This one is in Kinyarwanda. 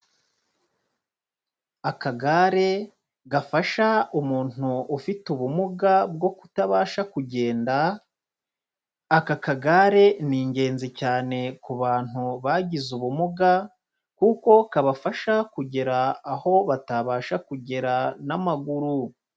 Akagare gafasha umuntu ufite ubumuga bwo kutabasha kugenda, aka kagare ni ingenzi cyane ku bantu bagize ubumuga, kuko kabafasha kugera aho batabasha kugera n'amaguru.